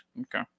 Okay